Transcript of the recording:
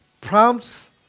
prompts